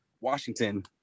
Washington